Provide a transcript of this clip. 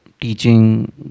teaching